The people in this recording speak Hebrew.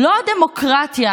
לא הדמוקרטיה